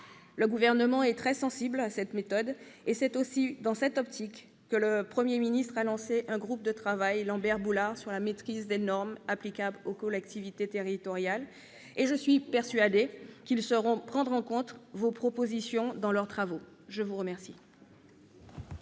Le Gouvernement est très sensible à cette méthode. C'est aussi dans cette optique que le Premier ministre a lancé un groupe de travail Lambert-Boulard sur la maîtrise des normes applicables aux collectivités territoriales. Je suis persuadée qu'il saura prendre en compte vos propositions dans ses travaux. La discussion